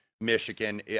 Michigan